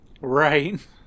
Right